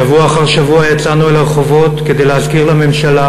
שבוע אחר שבוע יצאנו אל הרחובות כדי להזכיר לממשלה,